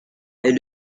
est